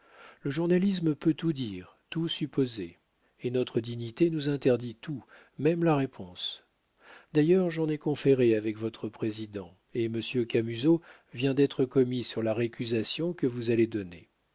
le journalisme peut tout dire tout supposer et notre dignité nous interdit tout même la réponse d'ailleurs j'en ai conféré avec votre président et monsieur camusot vient d'être commis sur la récusation que vous allez donner